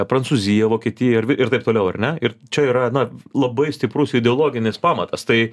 prancūzija vokietija ir ir taip toliau ar ne ir čia yra na labai stiprus ideologinis pamatas tai